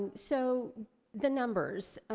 so the numbers,